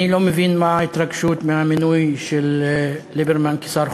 אני לא מבין מה ההתרגשות מהמינוי של ליברמן לשר חוץ.